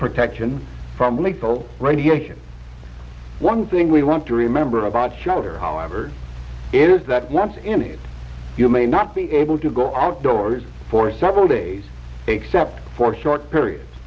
protection from lethal radiation one thing we want to remember about shelter however it is that once in it you may not be able to go outdoors for several days except for short periods